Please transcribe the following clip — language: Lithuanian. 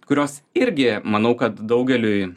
kurios irgi manau kad daugeliui